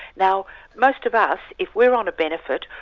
now most of us if we're on a benefit,